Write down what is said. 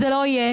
זה לא יהיה,